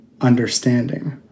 understanding